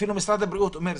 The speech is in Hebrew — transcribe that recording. ואפילו משרד הבריאות אומר,